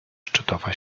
szczytowa